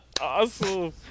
Awesome